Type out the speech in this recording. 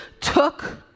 took